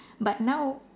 but now